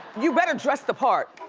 you better dress the part.